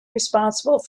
responsible